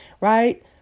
right